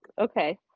okay